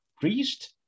priest